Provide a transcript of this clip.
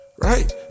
Right